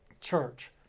church